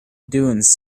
dunes